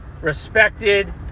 respected